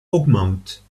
augmente